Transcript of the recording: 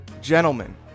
gentlemen